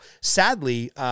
Sadly